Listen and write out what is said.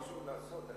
יש משהו לעשות?